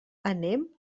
anem